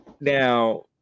now